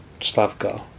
Slavka